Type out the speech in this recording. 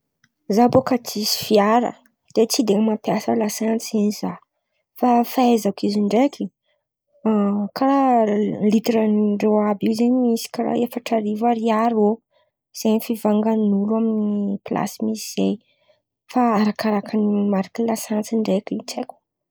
Zah bôka tsisy fiara tsy de mapiasa lasantsy zen̈y zah fa fahaizako izy ndraiky karà litrà ndrô àby io zen̈y misy karà efatra arivo ariary eo zen̈y fivangan'olo amin̈'ny milasy misy zahay fa arakaràka ny marika ny lasantsy ndraiky.